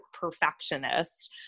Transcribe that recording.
perfectionist